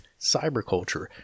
cyberculture